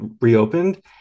reopened